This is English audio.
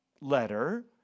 letter